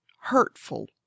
hurtful